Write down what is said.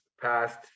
past